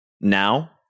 Now